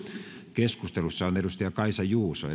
keskustelussa on kaisa juuso